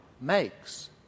makes